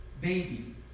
baby